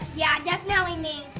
yeah, definitely me.